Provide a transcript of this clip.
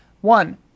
One